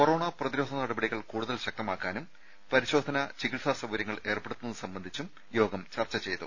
corona പ്രതിരോധ നടപടികൾ കൂടുതൽ ശക്തമാക്കാനും പരിശോധനാ ചികിത്സാ സൌകര്യങ്ങൾ ഏർപ്പെടുത്തുന്നത് സംബന്ധിച്ചും യോഗം ചർച്ചചെയ്തു